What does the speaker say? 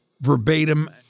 verbatim